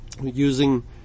using